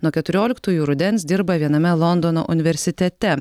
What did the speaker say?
nuo keturioliktųjų rudens dirba viename londono universitete